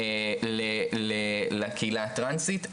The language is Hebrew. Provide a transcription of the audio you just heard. לקהילה הטרנסית.